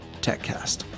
TechCast